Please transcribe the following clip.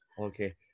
Okay